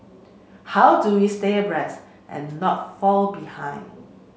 how do we stay abreast and not fall behind